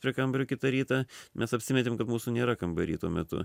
prie kambario kitą rytą mes apsimetėm kad mūsų nėra kambary tuo metu